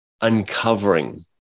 uncovering